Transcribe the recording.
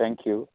thank you